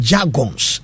Jagons